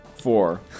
Four